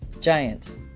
giant